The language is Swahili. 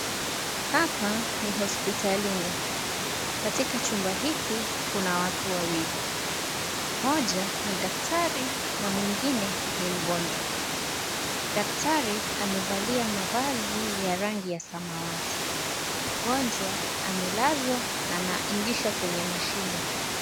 Hapa ni hospitalini, katika chumba hiki Kuna watu wawili. Mmoja ni daktari na mwingine ni mgonjwa. Daktari amevalia mavazi ya rangi samawati. Mgonjwa amelazwa na anaingishwa kwenye mashine.